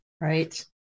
Right